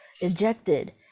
ejected